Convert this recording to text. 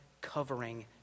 covering